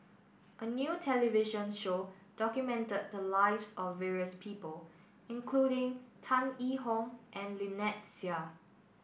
a new television show documented the lives of various people including Tan Yee Hong and Lynnette Seah